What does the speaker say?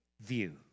view